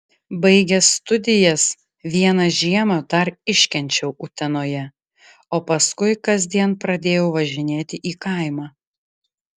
baigęs studijas vieną žiemą dar iškenčiau utenoje o paskui kasdien pradėjau važinėti į kaimą